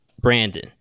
Brandon